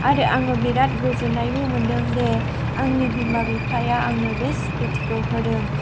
आरो आङो बिराद गोजोननायबो मोन्दों दि आंनि बिमा बिफाया आंनो बे स्कुटि खौ होदों